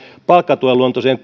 palkkatuen luontoiseen